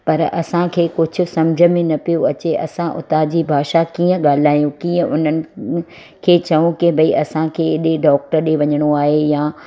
पर असांखे कुझु सम्झ में न पियो अचे असां उता जी भाषा कीअं ॻाल्हायूं कीअं उन्हनि खे चयूं की भई असांखे हेॾे डॉक्टर जे वञिणो आहे या